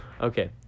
Okay